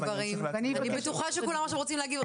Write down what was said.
אני בטוחה שכולם עכשיו רוצים להגיב.